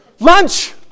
Lunch